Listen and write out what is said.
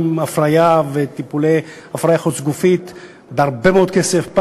עם הפריה וטיפולי הפריה חוץ-גופית בהרבה מאוד כסף,